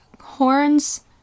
horns